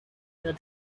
the